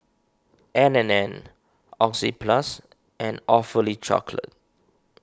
N and N Oxyplus and Awfully Chocolate